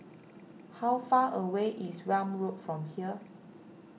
how far away is Welm Road from here